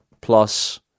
plus